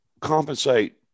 compensate